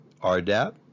RDAP